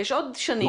יש עוד דשנים.